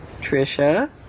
Trisha